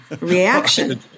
reaction